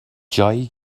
جایی